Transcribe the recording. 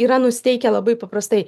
yra nusiteikę labai paprastai